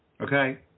okay